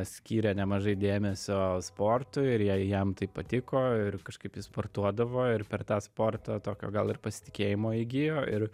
skyrė nemažai dėmesio sportui ir jei jam tai patiko ir kažkaip jis sportuodavo ir per tą sporto tokio gal ir pasitikėjimo įgijo ir